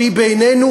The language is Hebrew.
שהיא בעיני,